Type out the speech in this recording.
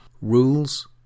rules